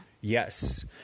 Yes